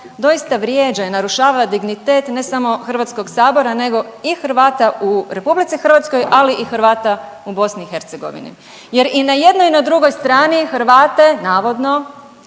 doista vrijeđa i narušava dignitet ne samo HS nego i Hrvata u RH, ali i Hrvata u BiH jer i na jednoj i na drugoj strani Hrvate navodno